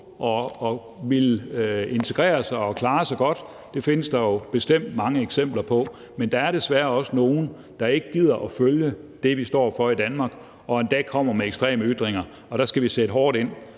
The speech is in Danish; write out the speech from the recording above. og ville integrere sig og klare sig godt – det findes der jo bestemt mange eksempler på – men der er desværre også nogle, der ikke gider at følge det, vi står for i Danmark, og endda kommer med ekstreme ytringer, og der skal vi sætte hårdt ind,